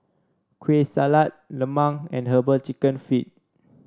Kueh Salat lemang and herbal chicken feet